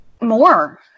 More